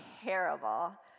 terrible